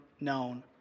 known